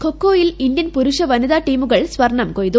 ഖൊ ഖൊ യിൽ ഇന്ത്യൻ പുരുഷ വനിതാ ടീമുകൾ സ്വർണ്ണം കൊയ്തു